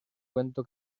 cuento